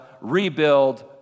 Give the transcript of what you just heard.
rebuild